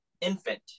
infant